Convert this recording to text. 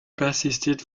persisted